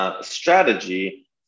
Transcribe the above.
strategy